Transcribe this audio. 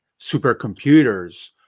supercomputers